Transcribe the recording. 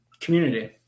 community